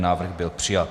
Návrh byl přijat.